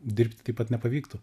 dirbt taip pat nepavyktų